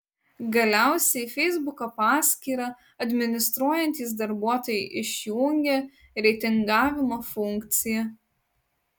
galiausiai feisbuko paskyrą administruojantys darbuotojai išjungė reitingavimo funkciją